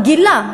הוא גילה,